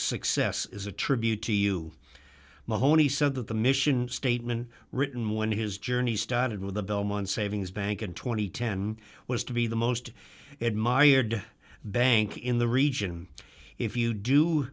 success is a tribute to you mahoney said that the mission statement written when his journey started with the belmont savings bank in two thousand and ten was to be the most admired bank in the region if you do